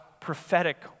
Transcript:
prophetic